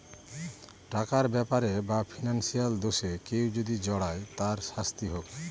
টাকার ব্যাপারে বা ফিনান্সিয়াল দোষে কেউ যদি জড়ায় তার শাস্তি হোক